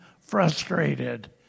frustrated